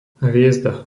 hviezda